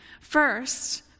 First